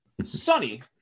Sonny